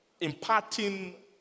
imparting